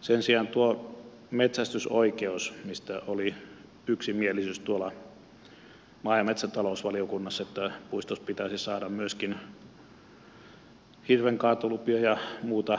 sen sijaan tuosta metsästysoikeudesta oli yksimielisyys tuolla maa ja metsätalousvaliokunnassa että puistossa pitäisi saada myöskin hirvenkaatolupia ja pitäisi saada muuta